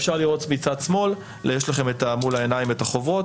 אפשר לראות מצד שמאל יש לכם מול העיניים את החובות,